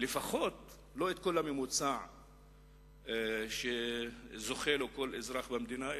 את כל הממוצע שזוכה לו כל אזרח במדינה,